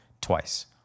twice